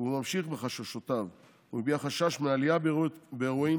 והוא ממשיך ב"חששותיו": "הוא הביע חשש מהעלייה באירועים